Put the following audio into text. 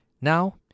Now